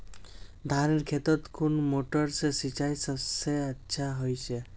धानेर खेतोत कुन मोटर से सिंचाई सबसे अच्छा होचए?